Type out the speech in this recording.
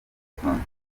udasanzwe